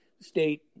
state